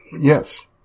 Yes